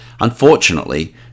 Unfortunately